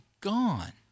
gone